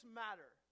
matter